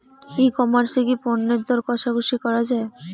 ই commerce এ কি পণ্যের দর কশাকশি করা য়ায়?